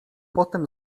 potem